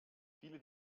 viele